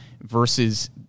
versus